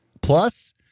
Plus